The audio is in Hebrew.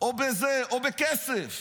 או בכסף.